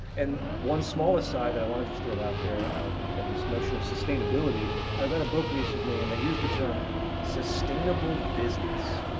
and, one small aside, that i want to just throw out there and this notion of sustainability i read a book recently and they use the term sustainable business.